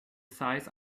size